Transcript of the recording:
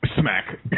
Smack